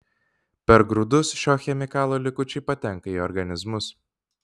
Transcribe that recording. per grūdus šio chemikalo likučiai patenka į organizmus